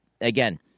again